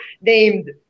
named